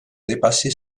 dépasser